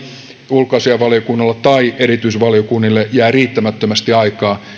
ulkoasiainvaliokunnalle tai erityisvaliokunnille jää riittämättömästi aikaa